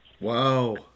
Wow